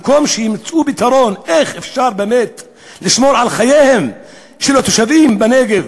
במקום שימצאו פתרון איך אפשר באמת לשמור על חייהם של התושבים בנגב,